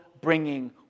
bringing